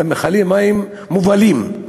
מים מובלים,